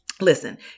Listen